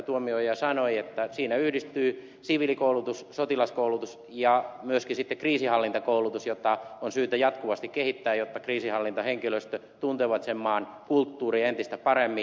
tuomioja sanoi siinä yhdistyy siviilikoulutus sotilaskoulutus ja myöskin sitten kriisinhallintakoulutus jota on syytä jatkuvasti kehittää jotta kriisinhallintahenkilöstö tuntee sen maan kulttuuria entistä paremmin